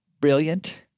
brilliant